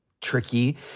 tricky